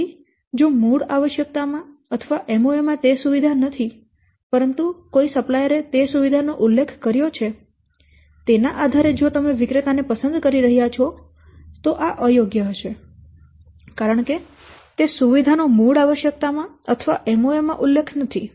તેથી જો મૂળ આવશ્યકતા માં અથવા MoA માં તે સુવિધા નથી પરંતુ કોઈ સપ્લાઇરે તે સુવિધાનો ઉલ્લેખ કર્યો છે અને તેના આધારે જો તમે તે વિક્રેતાને પસંદ કરી રહ્યા છો તો આ અયોગ્ય હશે કારણ કે તે સુવિધા નો મૂળ આવશ્યકતા માં અથવા MOA માં ઉલ્લેખ નથી